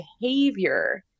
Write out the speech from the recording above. behavior